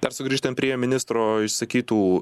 dar sugrįžtant prie ministro išsakytų